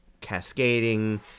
cascading